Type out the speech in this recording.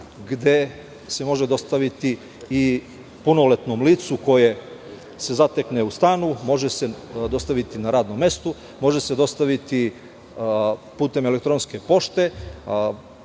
gde se može dostaviti i punoletnom licu koje se zatekne u stanu, može se dostaviti na radnom mestu, može se dostaviti putem elektronske pošte,